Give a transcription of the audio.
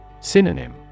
Synonym